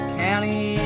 county